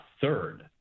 third